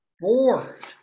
Bored